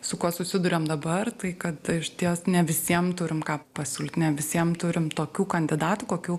su kuo susiduriam dabar tai kad išties ne visiem turim ką pasiūlyt ne visiem turim tokių kandidatų kokių